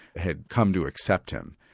had come to accept him,